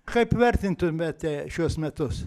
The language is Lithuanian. kaip vertintumėte šiuos metus